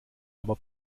aber